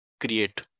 create